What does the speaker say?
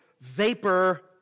Vapor